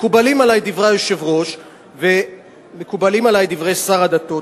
מקובלים עלי דברי היושב-ראש ומקובלים עלי דברי שר הדתות.